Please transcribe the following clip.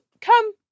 Come